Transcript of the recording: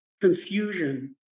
confusion